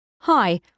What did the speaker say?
Hi